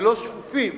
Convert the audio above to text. ולא שפופים